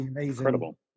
incredible